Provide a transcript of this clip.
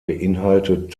beinhaltet